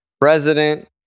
President